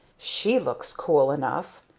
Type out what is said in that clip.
she looks cool enough.